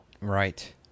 Right